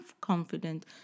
confident